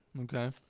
Okay